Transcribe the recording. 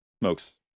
smokes